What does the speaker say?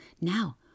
Now